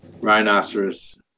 rhinoceros